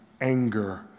anger